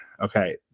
Okay